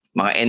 mga